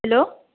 hello